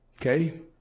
okay